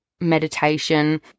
meditation